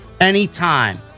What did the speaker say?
anytime